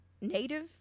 native